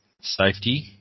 safety